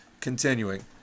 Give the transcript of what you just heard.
Continuing